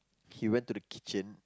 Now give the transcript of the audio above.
he went to the kitchen